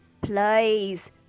Please